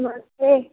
नमस्ते